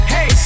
Hey